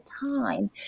time